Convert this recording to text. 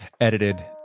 edited